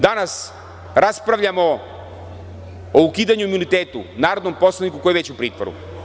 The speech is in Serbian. Danas raspravljamo o ukidanju imuniteta narodnom poslaniku koji je već u pritvoru.